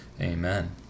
Amen